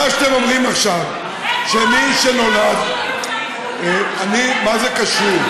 מה שאתם אומרים עכשיו, שמי שנולד, מה זה קשור?